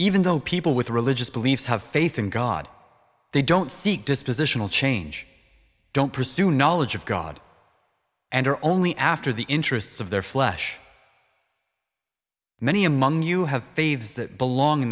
even though people with religious beliefs have faith in god they don't seek dispositional change don't pursue knowledge of god and are only after the interests of their flesh many among you have fades that belong in